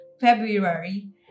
February